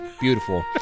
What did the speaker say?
beautiful